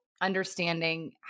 understanding